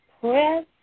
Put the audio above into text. press